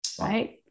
right